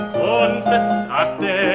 confessate